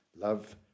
love